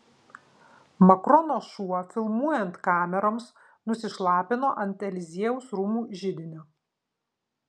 makrono šuo filmuojant kameroms nusišlapino ant eliziejaus rūmų židinio